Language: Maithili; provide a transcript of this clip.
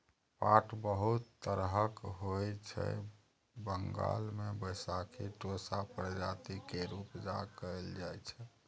पाट बहुत तरहक होइ छै बंगाल मे बैशाखी टोसा प्रजाति केर उपजा कएल जाइ छै